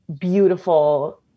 beautiful